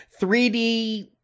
3D